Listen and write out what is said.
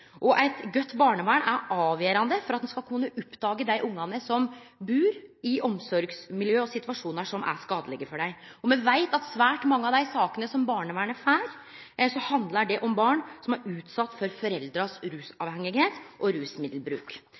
Eit godt barnevern er avgjerande for at ein skal kunne oppdage dei ungane som bur i eit omsorgsmiljø i situasjonar som er skadelege for dei. Me veit at i svært mange av dei sakene som barnevernet får, handlar det om barn som er utsette for foreldras rusavhengigheit og rusmiddelbruk.